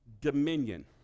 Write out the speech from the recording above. dominion